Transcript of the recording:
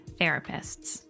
therapists